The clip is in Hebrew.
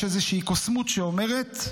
יש איזושהי קוסמות שאומרת,